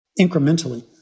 incrementally